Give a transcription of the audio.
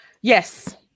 Yes